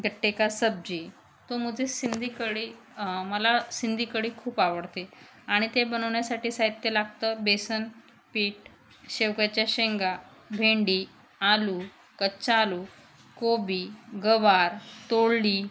गट्टेका सब्जी तो मुजे सिंधी कढी मला सिंधी कढी खूप आवडते आणि ते बनवण्यासाठी साहित्य लागतं बेसन पीठ शेवग्याच्या शेंगा भेंडी आलू कच्चा आलू कोबी गवार तोंडली